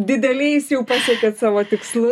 dideliais jau pasiekėt savo tikslų